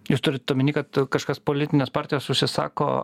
jūs turit omeny kad kažkas politinės partijos užsisako